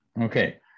Okay